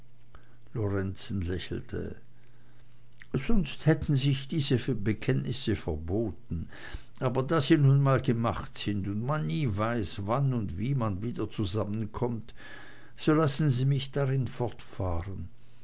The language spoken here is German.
lorenzen lächelte sonst hätten sich diese bekenntnisse verboten aber da sie nun mal gemacht sind und man nie weiß wann und wie man wieder zusammenkommt so lassen sie mich darin fortfahren